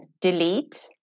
Delete